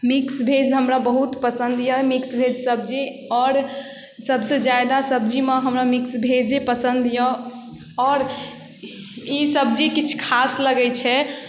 mix veg हमरा बहुत पसन्द अइ मिक्स भेज सब्जी आओर सबसँ ज्यादा सब्जीमे हमरा मिक्स भेजे पसन्द अइ आओर ई सब्जी किछु खास लगै छै